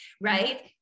right